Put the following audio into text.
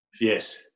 Yes